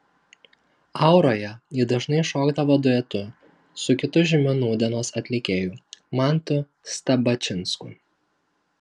auroje ji dažnai šokdavo duetu su kitu žymiu nūdienos atlikėju mantu stabačinsku